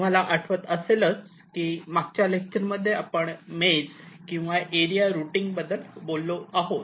तुम्हाला आठवत असेलच की मागच्या लेक्चरमध्ये आपण मेज किंवा एरिया रुटींग बद्दल बोललो आहोत